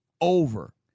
over